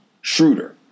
Schroeder